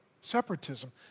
separatism